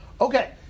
Okay